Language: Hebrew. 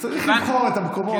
צריך לבחור את המקומות, אתה יודע.